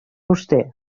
vostè